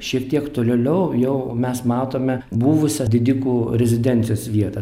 šiek tiek tolėliau jau mes matome buvusią didikų rezidencijos vietą